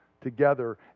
together